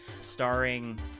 starring